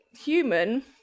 human